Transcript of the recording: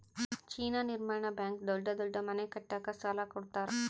China ನಿರ್ಮಾಣ bank ದೊಡ್ಡ ದೊಡ್ಡ ಮನೆ ಕಟ್ಟಕ ಸಾಲ ಕೋಡತರಾ